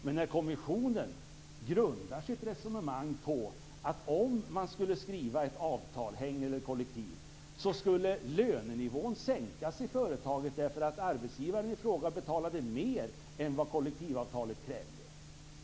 Men Kommissionen grundar sitt resonemang på att om ett avtal skall skrivas - hängavtal eller kollektivavtal - skall lönenivån sänkas i företaget, eftersom arbetsgivaren i fråga betalade mer än vad kollektivavtalet krävde.